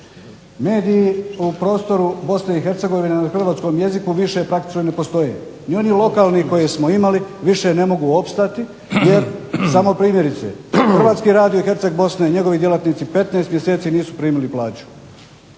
mediji na prostoru BiH na hrvatskom jeziku više praktično ne postoje, ni oni lokalni koje smo imali više ne mogu opstati jer samo primjerice Hrvatski radio Hercegbosne i njegovi djelatni 15 mjeseci nisu primili plaću.